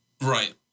Right